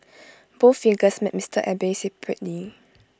both figures met Mister Abe separately